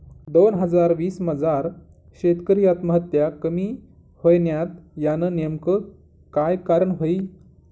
दोन हजार वीस मजार शेतकरी आत्महत्या कमी व्हयन्यात, यानं नेमकं काय कारण व्हयी?